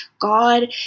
God